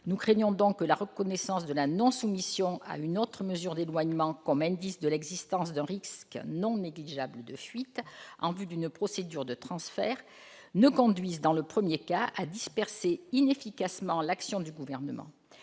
Nous craignons que la reconnaissance de la non-soumission à une autre mesure d'éloignement comme indice de l'existence d'un risque non négligeable de fuite en vue de la mise en oeuvre d'une procédure de transfert ne conduise, dans le premier cas, à disperser inefficacement l'action du Gouvernement.